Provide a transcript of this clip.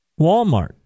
Walmart